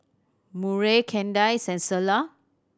Murray Kandice and Selah